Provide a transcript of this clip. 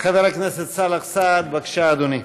חבר הכנסת סאלח סעד, בבקשה, אדוני.